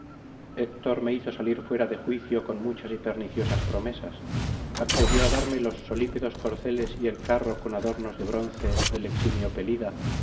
héctor me hizo salir fuera de juicio con muchas y perniciosas promesas accedió á darme los solípedos corceles y el carro con adornos de bronce del eximio pelida